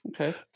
Okay